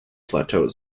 plateau